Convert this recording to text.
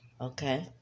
okay